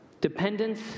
Dependence